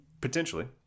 potentially